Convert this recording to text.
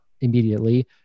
immediately